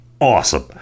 awesome